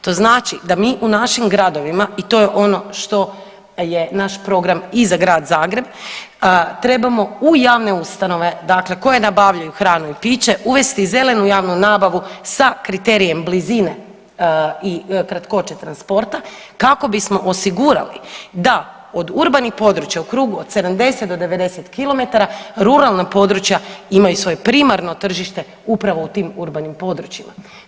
To znači da mi u našim gradovima i to je ono što je naš program i za Grad Zagreb, trebamo u javne ustanove, koje nabavljaju hranu i piće uvesti zelenu javnu nabavu sa kriterijem blizine i kratkoće transporta kako bismo osigurali da od urbanih područja u krugu od 70-90 km ruralna područja imaju svoje primarno tržište upravo u tim urbanim područjima.